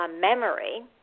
Memory